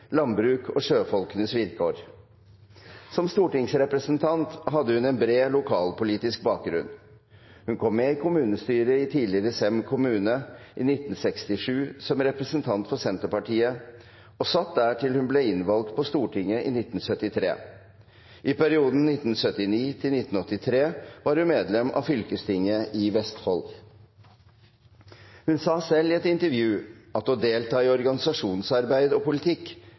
landbruk og sjøfolkenes vilkår. Som stortingsrepresentant hadde hun en bred lokalpolitisk bakgrunn. Hun kom med i kommunestyret i tidligere Sem kommune i 1967 som representant for Senterpartiet og satt der til hun ble innvalgt på Stortinget i 1973. I perioden 1979–83 var hun medlem av fylkestinget i Vestfold. Hun sa selv i et intervju at å delta i organisasjonsarbeid og politikk